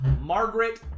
Margaret